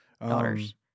daughters